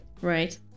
Right